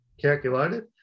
calculated